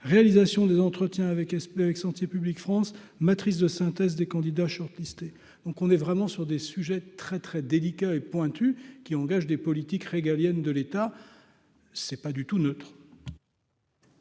réalisation des entretiens avec esprit, avec Santé publique France matrice de synthèse des candidats short-listés, donc on est vraiment sur des sujets très très délicat et pointus qui engagent des politiques régalienne de l'État, c'est pas du tout neutre.